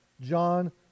John